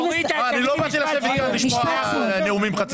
לא באתי לשבת כאן לשמוע נאומים חצי שעה.